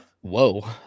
Whoa